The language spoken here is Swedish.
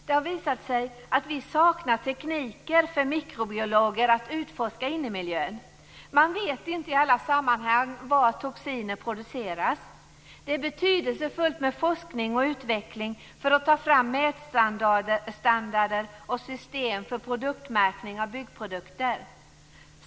Det har visat sig att vi saknar tekniker för mikrobiologer att utforska innemiljön. Man vet inte i alla sammanhang var toxiner produceras. Det är betydelsefullt med forskning och utveckling för att ta fram mätstandarder och system för produktmärkning av byggprodukter.